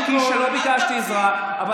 קיש, לא ביקשתי עזרה, אל תמציא.